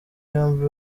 yombi